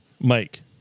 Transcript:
Mike